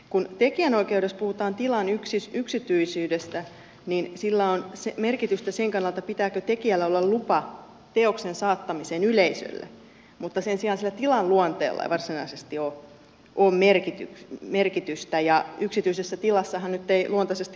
kun tekijänoikeudessa puhutaan tilan yksityisyydestä niin sillä on merkitystä sen kannalta pitääkö tekijällä olla lupa teoksen saattamiseen yleisölle mutta sen sijaan sillä tilan luonteella ei varsinaisesti ole merkitystä ja yksityisessä tilassahan nyt ei luontaisesti ole yleisöä